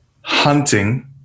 hunting